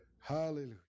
Hallelujah